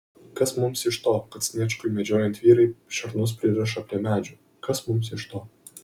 kas mums iš to kad sniečkui medžiojant vyrai šernus pririša prie medžių kas mums iš to